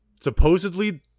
Supposedly